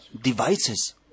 devices